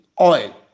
oil